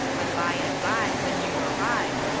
but by and by, when you arrive,